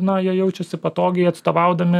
na jie jaučiasi patogiai atstovaudami